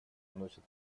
носят